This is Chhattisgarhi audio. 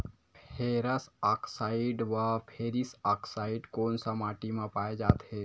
फेरस आकसाईड व फेरिक आकसाईड कोन सा माटी म पाय जाथे?